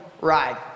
ride